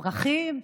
פרחים,